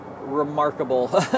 remarkable